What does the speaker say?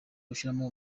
gushiramo